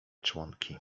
członki